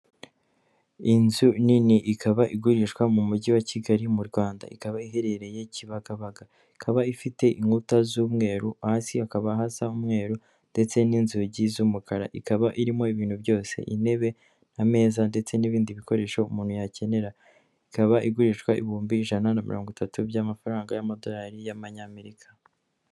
Ni inzu nini ikaba igurishwa mu mujyi wa Kigali mu Rwanda, ikaba iherereye Kibagabaga, ikaba ifite inkuta z'umweru, hasi hakaba hasa umweru ndetse n'inzugi z'umukara, ikaba irimo ibintu byose intebe, ameza ndetse n'ibindi bikoresho umuntu yakenera, ikaba igurishwa ibihumbi ijana na mirongo itatu by'amafaranga y'amadorari y'amanyamerika.